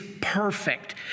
perfect